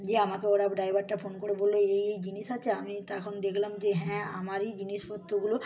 যে আমাকে ওরা ড্ৰাইভারটা ফোন করে বললো এই এই এই জিনিস আছে আমি তাখন দেখলাম যে হ্যাঁ আমারই জিনিসপত্রগুলো